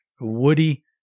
woody